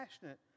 passionate